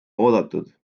oodatud